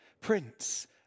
Prince